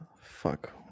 fuck